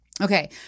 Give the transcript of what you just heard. Okay